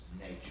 nature